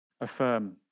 affirm